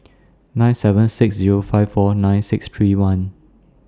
nine seven six Zero five four nine six three one